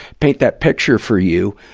paint that picture for you.